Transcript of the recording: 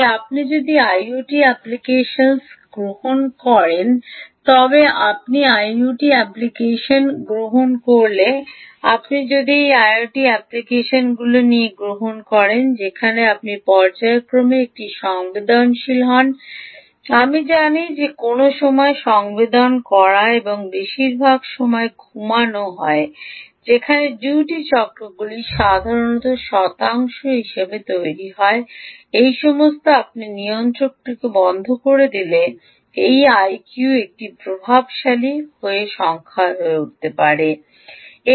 তবে আপনি যদি আইওটি অ্যাপ্লিকেশনগুলি গ্রহণ করেন আপনি যদি আইওটি অ্যাপ্লিকেশন গ্রহণ করেন আপনি যদি আইওটি অ্যাপ্লিকেশনগুলি গ্রহণ করেন যেখানে আপনি পর্যায়ক্রমে এটি সংবেদনশীল হন আমি জানি যে কোনও সময় সংবেদন করা এবং বেশিরভাগ সময় ঘুমানো হয় যেখানে ডিউটি চক্রগুলি সাধারণত 1 শতাংশ ইত্যাদি হয় সেই সময় আপনি নিয়ন্ত্রকটি বন্ধ করে দিলে এই আইকিউ একটি প্রভাবশালী প্রভাবশালী সংখ্যা হয়ে উঠতে শুরু করে